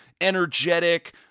energetic